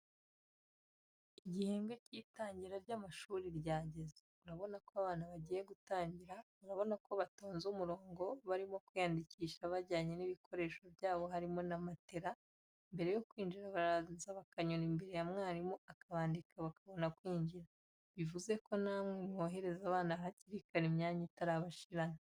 Igihembwe cy'itangira ry'amashuri ryageze, urabona ko abana bagiye gutangira urabona ko batonze umurongo barimo kwiyandikisha bajyanye n'ibikoresho byabo harimo na matera, mbere yo kwinjira baranza bakanyura imbere ya mwarimu akabandika bakabona kwinjira, bivuze ko namwe mwohereze abana hakirikare imyanya itabashirana.